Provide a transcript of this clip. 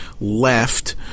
left